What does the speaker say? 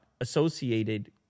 associated